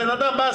הבן-אדם בא,